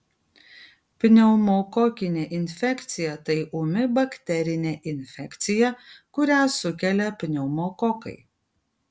pneumokokinė infekcija tai ūmi bakterinė infekcija kurią sukelia pneumokokai